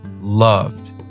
loved